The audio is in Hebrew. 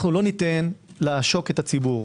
לא ניתן לעשוק את הציבור.